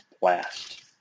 blast